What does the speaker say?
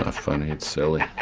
ah funny. it's silly.